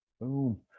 boom